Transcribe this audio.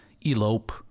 Elope